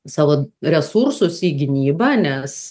savo resursus į gynybą nes